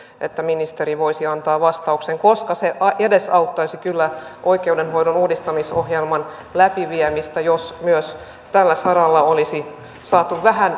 että siihen ministeri voisi antaa vastauksen koska se edesauttaisi kyllä oikeudenhoidon uudistamisohjelman läpiviemistä jos myös tällä saralla olisi saatu vähän